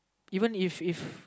even if if